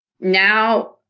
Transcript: Now